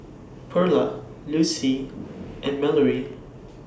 Perla Lucie and Mallorie